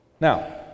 Now